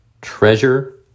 Treasure